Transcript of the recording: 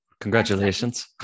congratulations